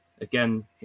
again